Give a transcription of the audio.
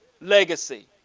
legacy